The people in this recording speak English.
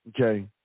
okay